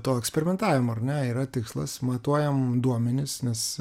to eksperimentavimo ar ne yra tikslas matuojam duomenis nes